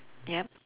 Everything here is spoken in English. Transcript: yup